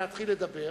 להתחיל לדבר,